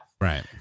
Right